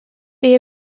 they